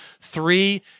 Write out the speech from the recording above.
three